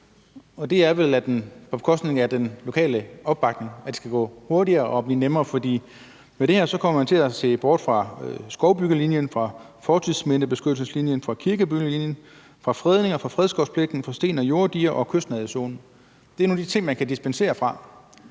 bekostning af den lokale opbakning, at det skal gå hurtigere og blive nemmere. For med det her kommer man til at se bort fra skovbyggelinjen, fra fortidsmindebeskyttelseslinjen, fra kirkebyggelinjen, fra fredninger og fra fredskovspligten, fra sten- og jorddiger og kystnærhedszonen. Det er nogle af de ting, man kan dispensere fra.